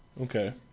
Okay